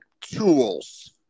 tools